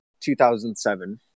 2007